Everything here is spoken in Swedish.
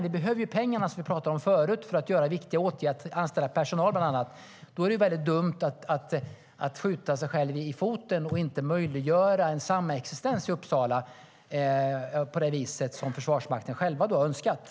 Vi behöver ju pengarna, som vi pratade om förut, för att göra viktiga åtgärder, för att anställa personal bland annat.